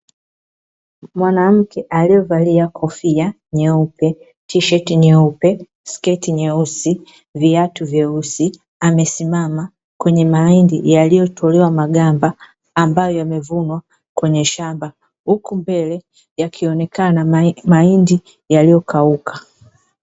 Mwanamke aliyevalia kofia nyeupe, tisheti nyeupe, sketi nyeusi, viatu vyeusi amesimama katika mahindi yaliyotolewa maganda ambayo yamevunwa kwenye shamba huku mbele yakionekana mahindi yaliyokauka.